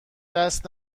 دست